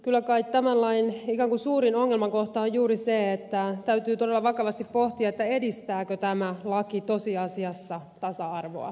kyllä kai tämän lain suurin ongelmakohta on juuri se että täytyy todella vakavasti pohtia edistääkö tämä laki tosiasiassa tasa arvoa